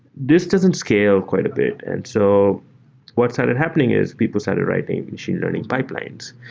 this doesn't scale quite a bit. and so what started happening is people started writing machine learning pipelines.